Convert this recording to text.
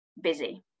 busy